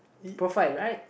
profile right